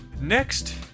Next